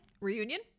Reunion